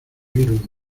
virus